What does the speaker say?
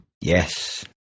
Yes